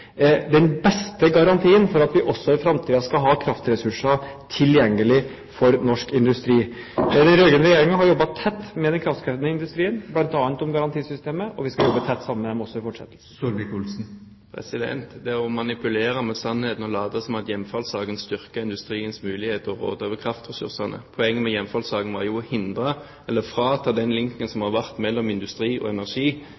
den beste garantien for at vi også i framtiden skal ha kraftressurser tilgjengelig for norsk industri. Den rød-grønne regjeringen har jobbet tett med den kraftkrevende industrien bl.a. om garantisystemet, og vi skal jobbe tett sammen med dem også i fortsettelsen. Det er å manipulere med sannheten å late som om hjemfallssaken styrker industriens muligheter til å råde over kraftressursene. Poenget med hjemfallssaken var jo å ta bort den linken som